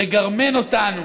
לגרמן אותנו.